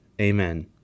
Amen